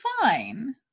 fine